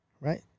right